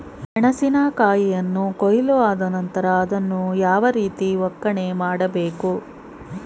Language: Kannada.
ಮೆಣಸಿನ ಕಾಯಿಯನ್ನು ಕೊಯ್ಲು ಆದ ನಂತರ ಅದನ್ನು ಯಾವ ರೀತಿ ಒಕ್ಕಣೆ ಮಾಡಬೇಕು?